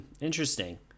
Interesting